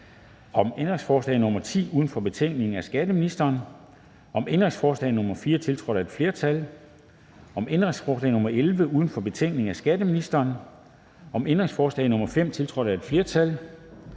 om ændringsforslag nr. 10 uden for betænkningen af skatteministeren, om ændringsforslag nr. 4, tiltrådt af et flertal (udvalget med undtagelse af EL), om ændringsforslag nr. 11 uden for betænkningen af skatteministeren, om ændringsforslag nr. 5, tiltrådt af et flertal